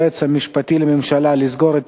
בנושא: החלטת היועץ המשפטי לממשלה לסגור את